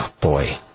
Boy